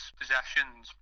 possessions